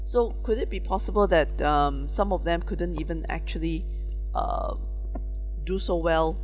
so could it be possible that um some of them couldn't even actually err do so well